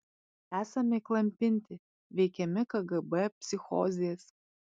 esame įklampinti veikiami kgb psichozės